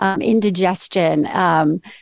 indigestion